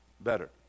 better